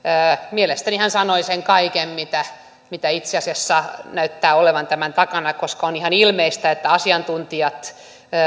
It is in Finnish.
mielestäni hän sanoi sen kaiken mitä mitä itse asiassa näyttää olevan tämän takana koska on ihan ilmeistä että kuten asiantuntijat